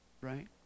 right